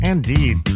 Indeed